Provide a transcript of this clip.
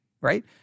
right